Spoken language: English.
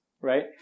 right